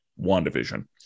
WandaVision